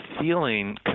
feeling